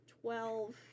Twelve